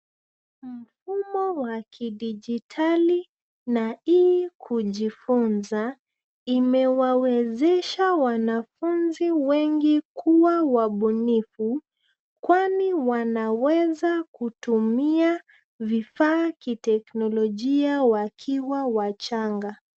Mfumo wa kidijitali na E kujifunza, imewawezesha wanafunzi wengi kuwa wabunifu, kwani wanaweza kutumia vifaa kiteknolojia wakiwa wachanga.